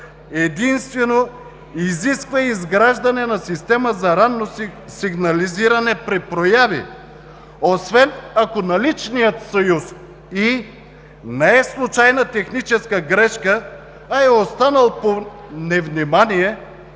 единствено изисква изграждане на система за ранно сигнализиране при прояви, освен ако наличният съюз „и“ не е случайна техническа грешка, а е останал по невнимание